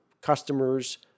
customers